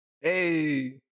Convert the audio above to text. hey